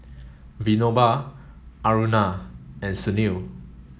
Vinoba Aruna and Sunil